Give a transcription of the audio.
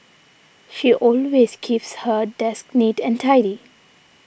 she always keeps her desk neat and tidy